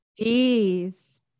Jeez